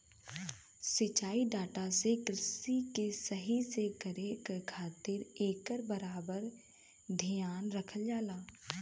सिंचाई डाटा से कृषि के सही से करे क खातिर एकर बराबर धियान रखल जाला